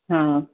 हा